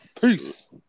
Peace